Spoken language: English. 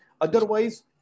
Otherwise